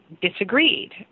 disagreed